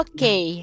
Okay